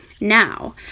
Now